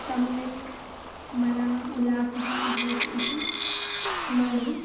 सम्यक् मनः उल्लासः भवतु इति श्रुणोमि